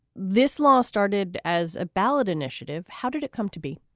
this law started as a ballot initiative. how did it come to be?